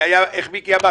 איך מיקי אמר?